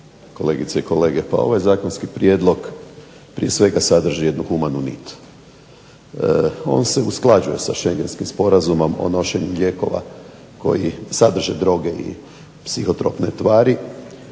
kolegice i kolege. Pa ovaj zakonski prijedlog prije svega sadrži jednu humanu nit. On se usklađuje sa Schengenskim sporazumom o nošenju lijekova koji sadrže droge i psihotropne tvari,